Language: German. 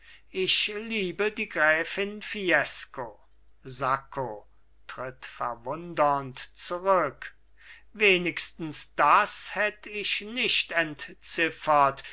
ich liebe die gräfin fiesco sacco tritt verwundernd zurück wenigstens das hätt ich nicht entziffert